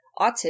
autism